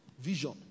vision